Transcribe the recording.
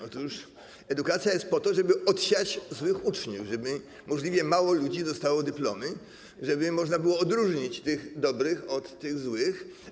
Otóż edukacja jest po to, żeby odsiać złych uczniów, żeby możliwie mało ludzi dostało dyplomy, żeby można było odróżnić tych dobrych od tych złych.